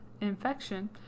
infection